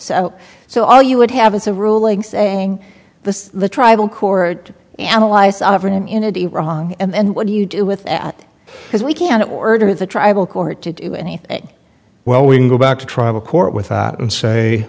courts so all you would have is a ruling saying the the tribal court analyzed sovereign immunity wrong and what do you do with that because we can order the tribal court to do anything well we can go back to tribal court without and say